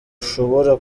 ashobora